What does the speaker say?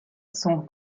sont